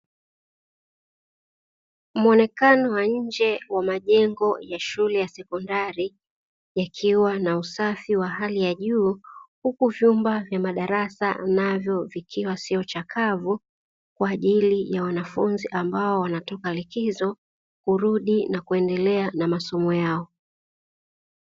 Muonekano wa nje wa majengo ya shule ya sekondari, yakiwa na usafi wa hali ya juu huku vyumba vya madarasa navyo vikiwa sio chakavu kwa ajili ya wanafunzi ambao wanatoka likizo kurudi na kuendelea na masomo yao.